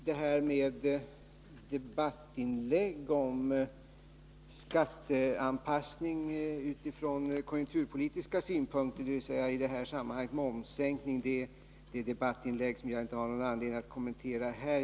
Herr talman! Debattinlägg om skatteanpassning från konjunkturpolitiska synpunkter, i detta sammanhang momssänkning, har jag ingen anledning att kommentera här.